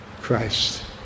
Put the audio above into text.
Christ